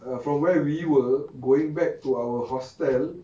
from where we were going back to our hostel